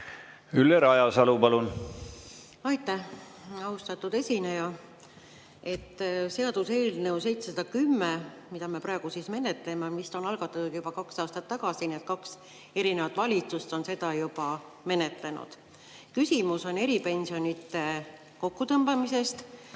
Ülle Rajasalu, palun! Aitäh! Austatud esineja! Seaduseelnõu 710, mida me praegu menetleme, on algatatud juba kaks aastat tagasi, nii et kaks erinevat valitsust on seda juba menetlenud. Küsimus on eripensionide kokkutõmbamisest